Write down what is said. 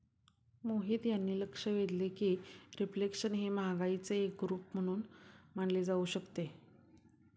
मोहित यांनी लक्ष वेधले की रिफ्लेशन हे महागाईचे एक रूप म्हणून मानले जाऊ शकते